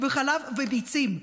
חלב וביצים,